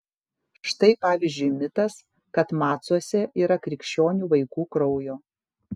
štai pavyzdžiui mitas kad macuose yra krikščionių vaikų kraujo